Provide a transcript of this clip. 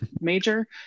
major